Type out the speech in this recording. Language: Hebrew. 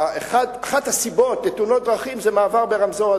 שאחת הסיבות לתאונות דרכים היא מעבר ברמזור אדום.